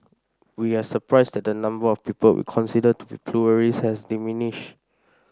we are surprised that the number of people we consider to be pluralist has diminished